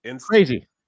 Crazy